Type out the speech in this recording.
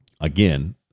again